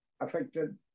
affected